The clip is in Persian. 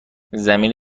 زمین